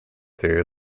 through